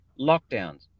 lockdowns